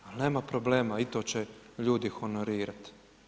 A nema problema, i to će ljudi honorirati.